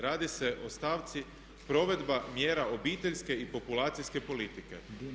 Radi se o stavci provedba mjera obiteljske i populacijske politike.